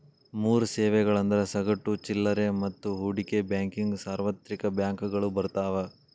ಮೂರ್ ಸೇವೆಗಳಂದ್ರ ಸಗಟು ಚಿಲ್ಲರೆ ಮತ್ತ ಹೂಡಿಕೆ ಬ್ಯಾಂಕಿಂಗ್ ಸಾರ್ವತ್ರಿಕ ಬ್ಯಾಂಕಗಳು ಬರ್ತಾವ